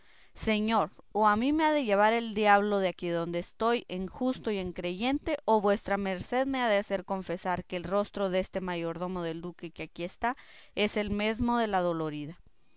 señor o a mí me ha de llevar el diablo de aquí de donde estoy en justo y en creyente o vuestra merced me ha de confesar que el rostro deste mayordomo del duque que aquí está es el mesmo de la dolorida